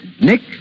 Nick